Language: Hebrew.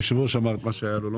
היושב ראש אמר את מה שהיה לו לומר,